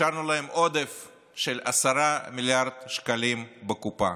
השארנו להם עודף של 10 מיליארד שקלים בקופה.